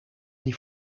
die